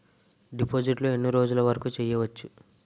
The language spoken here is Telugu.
డిపాజిట్లు ఎన్ని రోజులు వరుకు చెయ్యవచ్చు?